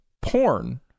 porn